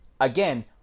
again